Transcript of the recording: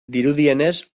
dirudienez